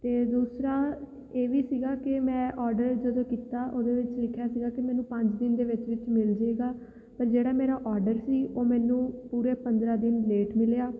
ਅਤੇ ਦੂਸਰਾ ਇਹ ਵੀ ਸੀਗਾ ਕਿ ਮੈਂ ਔਰਡਰ ਜਦੋਂ ਕੀਤਾ ਉਹਦੇ ਵਿੱਚ ਲਿਖਿਆ ਸੀਗਾ ਕਿ ਮੈਨੂੰ ਪੰਜ ਦਿਨ ਦੇ ਵਿੱਚ ਵਿੱਚ ਮਿਲ ਜੇਗਾ ਪਰ ਜਿਹੜਾ ਮੇਰਾ ਔਰਡਰ ਸੀ ਉਹ ਮੈਨੂੰ ਪੂਰੇ ਪੰਦਰ੍ਹਾਂ ਦਿਨ ਲੇਟ ਮਿਲਿਆ